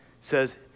says